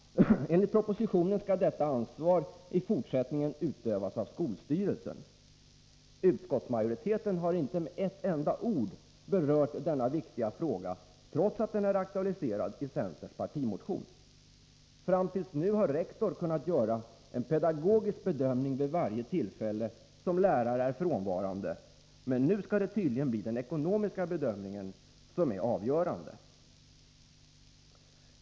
Enligt propositionen skall detta ansvar i fortsättningen utövas av skolstyrelsen. Utskottsmajoriteten har inte med ett enda ord berört denna viktiga fråga, trots att den är aktualiserad i centerns partimotion. Fram till nu har rektor kunnat göra en pedagogisk bedömning vid varje tillfälle som lärare är frånvarande, men nu skall tydligen den ekonomiska bedömningen bli avgörande.